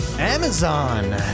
Amazon